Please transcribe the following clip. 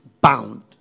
bound